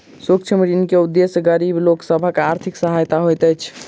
सूक्ष्म ऋण के उदेश्य गरीब लोक सभक आर्थिक सहायता होइत अछि